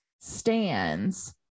stands